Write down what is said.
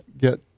get